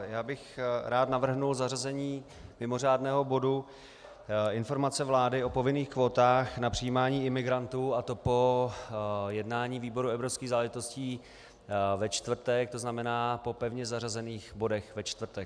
Já bych rád navrhl zařazení mimořádného bodu Informace vlády o povinných kvótách na přijímání imigrantů, a to po jednání výboru pro evropské záležitosti ve čtvrtek, to znamená po pevně zařazených bodech ve čtvrtek.